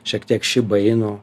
šiek tiek šibajinu